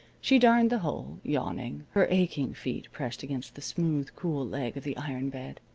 she darned the hole, yawning, her aching feet pressed against the smooth, cool leg of the iron bed.